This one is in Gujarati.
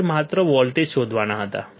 મારે માત્ર વોલ્ટેજ શોધવાના હતા